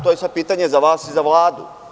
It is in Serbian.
To je sada pitanje i za vas i za Vladu.